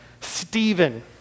Stephen